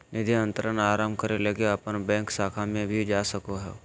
निधि अंतरण आरंभ करे लगी अपन बैंक शाखा में भी जा सको हो